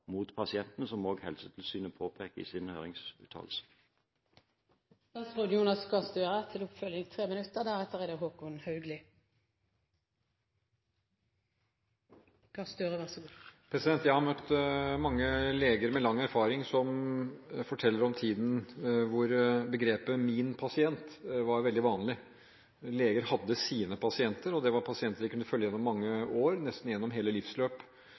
møtt mange leger med lang erfaring som forteller om tiden hvor begrepet «min pasient» var veldig vanlig – leger hadde sine pasienter, og det var pasienter de kunne følge gjennom mange år, nesten gjennom hele